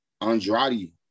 Andrade